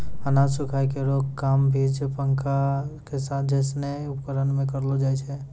अनाज सुखाय केरो काम बिजली पंखा जैसनो उपकरण सें करलो जाय छै?